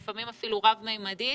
ולפעמים רב ממדית.